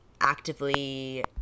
actively